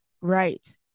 Right